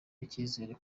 icyizere